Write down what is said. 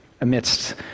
amidst